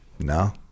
no